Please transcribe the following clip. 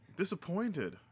Disappointed